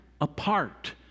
apart